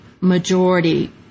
majority